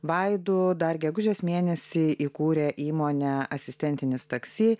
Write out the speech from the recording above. vaidu dar gegužės mėnesį įkūrė įmonę asistentinis taksi